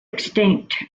extinct